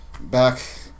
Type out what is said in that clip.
back